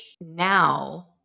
now